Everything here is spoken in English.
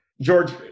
George